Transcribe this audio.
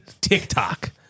TikTok